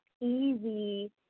easy